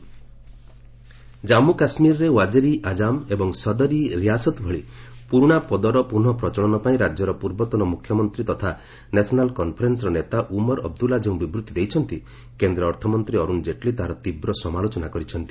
ଜେଟ୍ଲୀ କାଶ୍ୱୀର ଜନ୍ମୁ କାଶ୍ମୀରରେ ଓ୍ୱାକିର୍ ଇ ଆଜମ୍ ଏବଂ ସଦର ଇ ରିଆସତ୍ ଭଳି ପୁରୁଣା ପଦର ପୁନଃ ପ୍ରଚଳନପାଇଁ ରାଜ୍ୟର ପୂର୍ବତନ ମୁଖ୍ୟମନ୍ତ୍ରୀ ତଥା ନ୍ୟାସନାଲ୍ କନ୍ଫରେନ୍ସର ନେତା ଉମର ଅବଦୁଲ୍ଲା ଯେଉଁ ବିବୃଭି ଦେଇଛନ୍ତି କେନ୍ଦ୍ର ଅର୍ଥମନ୍ତ୍ରୀ ଅରୁଣ ଜେଟ୍ଲୀ ତାହାର ତୀବ୍ର ସମାଲୋଚନା କରିଛନ୍ତି